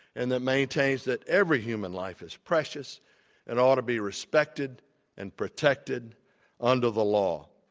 and that maintains that every human life is precious and out to be respected and protected under the law.